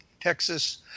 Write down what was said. Texas